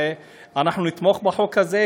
ואנחנו נתמוך בחוק הזה,